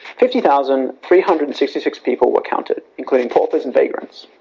fifty thousand three hundred and sixty six people were counted including paupers and vagrants.